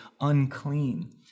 unclean